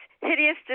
hideous